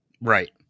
Right